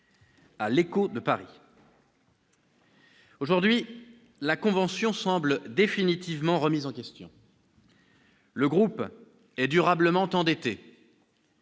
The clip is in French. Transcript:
gouvernement, à. Aujourd'hui, la convention semble définitivement remise en question. Le groupe est durablement endetté,